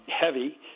heavy